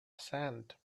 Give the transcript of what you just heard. sand